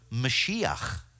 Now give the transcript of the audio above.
Mashiach